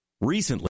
Recently